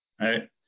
right